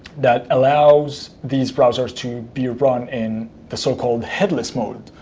that allows these browsers to be run in the so-called headless mode,